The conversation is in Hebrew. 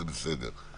זה בסדר.